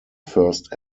first